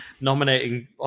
nominating